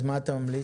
אז מה אתה ממליץ?